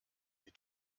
die